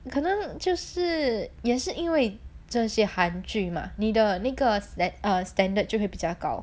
可能就是也是因为这些韩剧吧你的那个 err standard 就会比较高